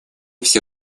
все